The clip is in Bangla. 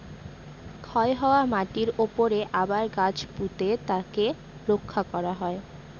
ক্ষয় হওয়া মাটিরর উপরে আবার গাছ পুঁতে তাকে রক্ষা করা হয়